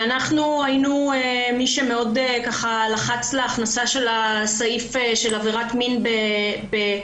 אנחנו היינו מי שמאוד לחץ על הכנסה של הסעיף על עבירת מין בקטין.